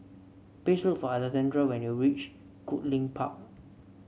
please look for Alexandrea when you reach Goodlink Park